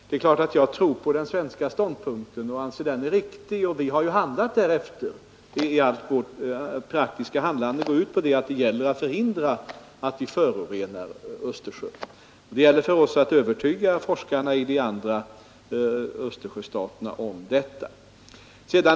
Det är klart att jag anser den svenska ståndpunkten vara riktig. Vi har ju också handlat därefter. Allt vårt praktiska handlande går ut på att förhindra förorening av Östersjön. Det gäller nu för oss att övertyga forskarna i de andra Östersjöstaterna om riktigheten av detta.